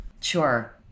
Sure